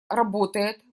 работает